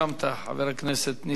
חבר הכנסת נסים זאב.